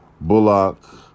Bullock